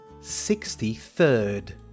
sixty-third